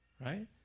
right